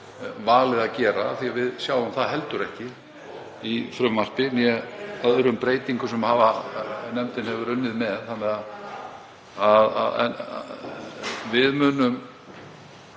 valið að gera af því að við sjáum það heldur ekki í frumvarpinu né öðrum breytingum sem nefndin hefur unnið með. Við munum